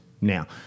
Now